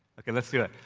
okay, let's do it.